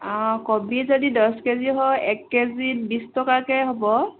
অঁ কবি যদি দহ কেজি হয় এক কেজিত বিশ টকাকৈ হ'ব